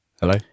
Hello